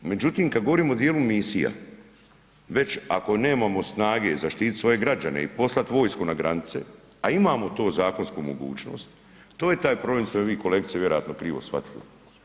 Međutim kada govorimo o dijelu misija već ako nemamo snage zaštititi svoje građane i poslati vojsku na granice, a imamo tu zakonsku mogućnost, to je taj problem što ste vi kolegice vjerojatno krivo shvatili.